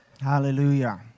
Hallelujah